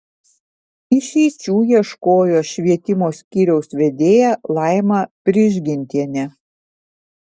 išeičių ieškojo švietimo skyriaus vedėja laima prižgintienė